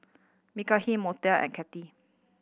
Mekhi Montel and Katy